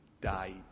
died